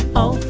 oh